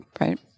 right